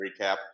recap